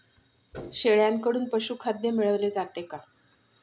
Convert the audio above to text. शेळ्यांकडून पशुखाद्य मिळवले जाते का?